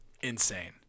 insane